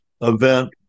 event